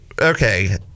okay